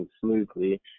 smoothly